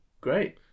great